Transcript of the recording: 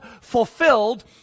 fulfilled